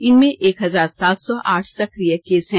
इनमें एक हजार सात सौ आठ सक्रिय केस हैं